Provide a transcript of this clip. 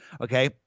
Okay